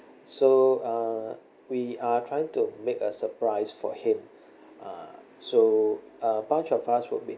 so uh we are trying to make a surprise for him uh so a bunch of us would be